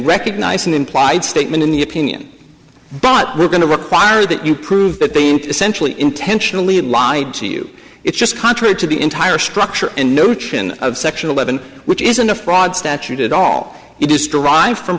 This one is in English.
recognize an implied statement in the opinion but we're going to require that you prove that they essentially intentionally lied to you it's just contrary to the entire structure and noachian of section eleven which isn't a fraud statute at all you do strive from